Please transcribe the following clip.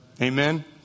Amen